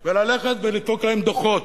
אומר איזה הם, וללכת ולדפוק להם דוחות.